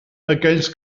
aquells